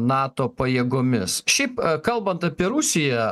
nato pajėgomis šiaip kalbant apie rusiją